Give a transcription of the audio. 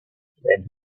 then